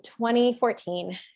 2014